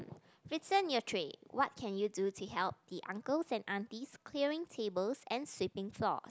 return your tray what can you do to help the uncles and aunties clearing tables and sweeping floors